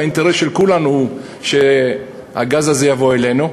האינטרס של כולנו הוא שהגז הזה יבוא אלינו.